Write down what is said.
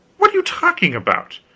what are you talking about?